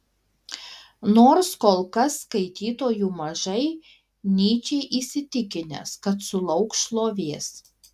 nors kol kas skaitytojų mažai nyčė įsitikinęs kad sulauks šlovės